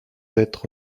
être